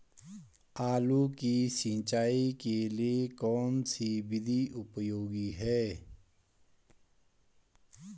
आलू की सिंचाई के लिए कौन सी विधि उपयोगी है?